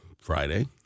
Friday